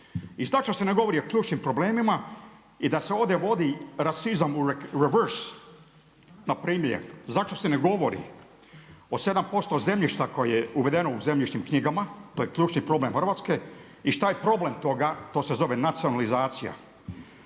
i zašto se ne govori o ključnim problemima i da se ovdje vodi rasizam reverse npr. zašto se ne govorio o 7% zemljišta koje je uvedeno u zemljišnim knjigama, to je ključni problem Hrvatske i šta je problem toga? To se zove nacionalizacija.